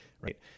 right